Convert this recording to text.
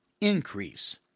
increase